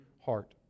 heart